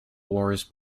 wars